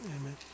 amen